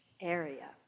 area